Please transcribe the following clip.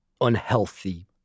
unhealthy